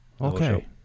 Okay